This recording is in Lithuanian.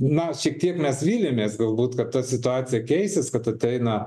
na šiek tiek mes vylėmės galbūt kad ta situacija keisis kad ateina